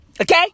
Okay